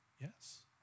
Yes